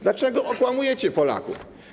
Dlaczego okłamujecie Polaków?